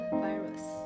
virus